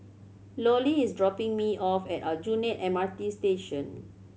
Lollie is dropping me off at Aljunied M R T Station